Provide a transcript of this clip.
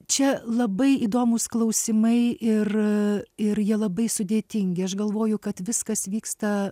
čia labai įdomūs klausimai ir ir jie labai sudėtingi aš galvoju kad viskas vyksta